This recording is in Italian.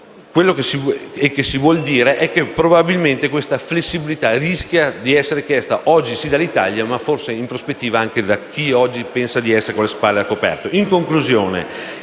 Quello che si vuol dire è che probabilmente questa flessibilità rischia di essere chiesta oggi dall'Italia e, in prospettiva, anche da chi oggi pensa di avere le spalle coperte.